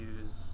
use